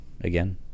again